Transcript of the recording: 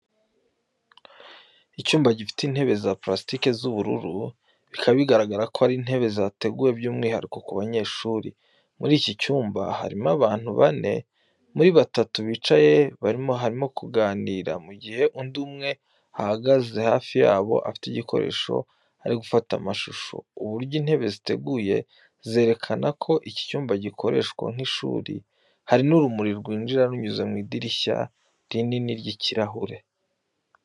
Icyumba gifite intebe za purasitiki z'ubururu, bikaba bigaragara ko ari intebe zateguwe by’umwihariko ku banyeshuri. Muri iki cyumba harimo abantu bane, muri batatu bicaye barimo kuganira, mu gihe undi umwe ahagaze hafi yabo afite igikoresho ari gufata amashusho. Uburyo intebe ziteguye zerekana ko iki cyumba gikoreshwa nk’ishuri. Hari n’urumuri rwinjira runyuze mu idirishya rinini ry’ikirahure.